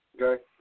Okay